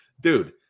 dude